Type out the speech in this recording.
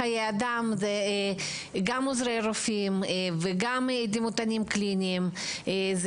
גם המקצוע של עוזר רופא וגם המקצוע של דימותן קליני הם